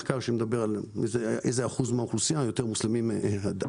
יש מחקר שבודק איזה אחוז מן האוכלוסייה הוא של מוסלמים דתיים.